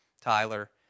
Tyler